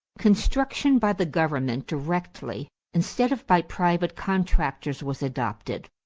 construction by the government directly instead of by private contractors was adopted.